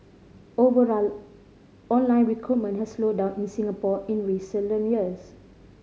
overall online recruitment has slowed down in Singapore in recent years